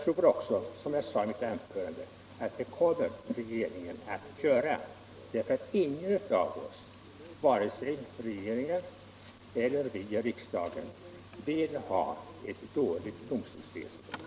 Som jag sade i mitt anförande tror jag att regeringen kommer att göra det. Varken regeringen eller vi i riksdagen vill ha ett dåligt domstolsväsende.